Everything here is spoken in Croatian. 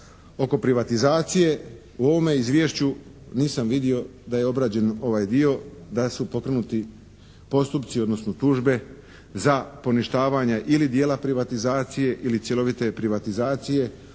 oko privatizacije. U ovome izvješću nisam vidio da je obrađen ovaj dio, da su pokrenuti postupci odnosno tužbe za poništavanje ili dijela privatizacije ili cjelovite privatizacije